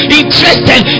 interested